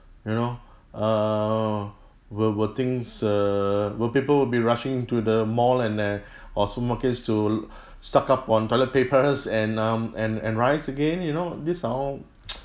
you know err will will things err will people will be rushing to the mall and then or supermarkets to stock up on toilet papers and um and and rice again you know these are all